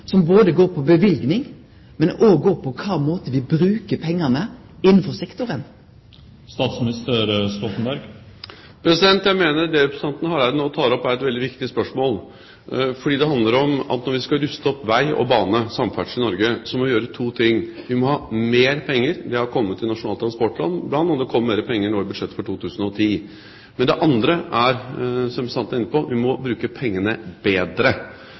som går både på løyvingar og på kva måte me bruker pengane innanfor sektoren? Jeg mener det representanten Hareide nå tar opp, er et veldig viktig spørsmål, fordi det handler om at når vi skal ruste opp vei og bane – samferdsel – i Norge, må vi gjøre to ting: Vi må ha mer penger, og det har kommet i Nasjonal transportplan, bl.a. ved at det kom mer penger nå i budsjettet for 2010. Men det andre er, som representanten var inne på, at vi må bruke pengene bedre.